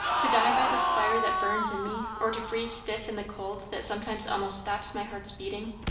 to die by this fire that burns in me or to freeze stiff in the cold that sometimes almost stops my heart's beating?